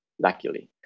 luckily